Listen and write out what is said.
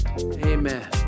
Amen